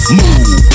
move